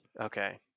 Okay